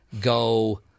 go